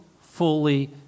fully